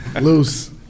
Loose